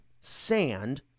sand